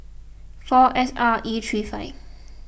four S R E three five